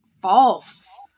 false